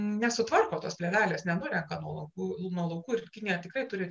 nesutvarko tos plėvelės nenurenka nuo laukų nuo laukų ir ne tikrai turi